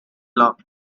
lock